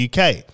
UK